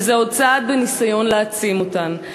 וזה עוד צעד בניסיון להעצים אותן.